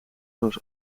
zoals